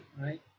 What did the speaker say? right